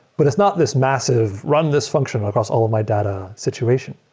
but it's not this massive run this function across all of my data situation.